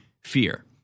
fear